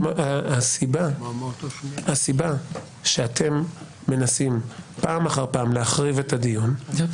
הסיבה שאתם מנסים פעם אחר פעם להחריב את הדיון --- לא.